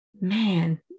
man